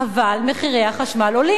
אבל מחירי החשמל עולים.